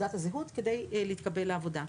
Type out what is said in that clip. היתה צריכה את תעודת הזהות כדי להתקבל לעבודה.